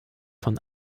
von